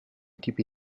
tipi